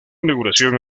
inauguración